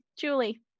Julie